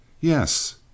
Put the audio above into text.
Yes